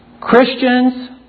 Christians